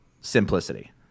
simplicity